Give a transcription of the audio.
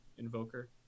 Invoker